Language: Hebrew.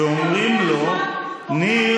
יש צו איסור